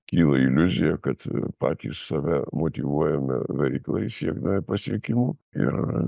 kyla iliuzija kad patys save motyvuojame veiklai siekdami pasiekimų ir